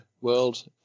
world